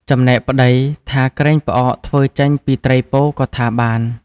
ចំណែកប្ដីថាក្រែងផ្អកធ្វើចេញពីត្រីពោក៏ថាបាន។